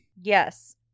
Yes